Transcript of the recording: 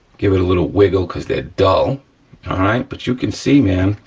give it a little wiggle cause they're dull, all right, but you can see man,